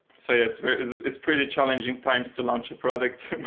so yeah, it's it's pretty challenging times to launch a product,